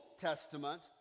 Testament